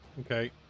Okay